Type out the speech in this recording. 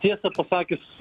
tiesą pasakius